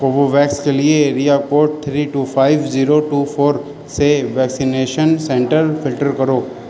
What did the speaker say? Covovax کے لیے area code three two five zero two four سے ویکسینیشن سنٹر فلٹر کرو